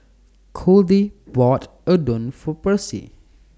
Codie bought Udon For Percy